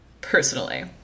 personally